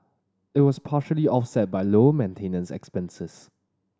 it was partially offset by lower maintenance expenses